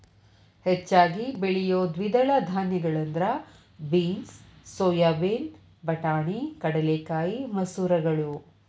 ಹೆಚ್ಚಾಗಿ ಬೆಳಿಯೋ ದ್ವಿದಳ ಧಾನ್ಯಗಳಂದ್ರ ಬೇನ್ಸ್, ಸೋಯಾಬೇನ್, ಬಟಾಣಿ, ಕಡಲೆಕಾಯಿ, ಮಸೂರಗಳು